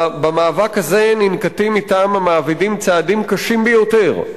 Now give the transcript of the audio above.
במאבק הזה ננקטים מטעם המעבידים צעדים קשים ביותר,